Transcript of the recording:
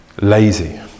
lazy